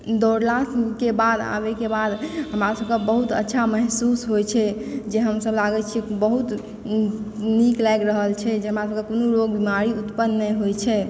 दौड़लाके बाद आबएके बाद हमरा सबकेँ बहुत अच्छा महसूस होए छै जे हमसब लागए छिऐ बहुत नीक लागि रहल छै जे हमरा सबकेँ कोनो रोग बीमारी उत्पन्न नहि होए छै